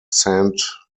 saint